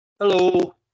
Hello